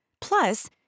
Plus